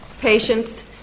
patience